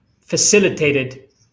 facilitated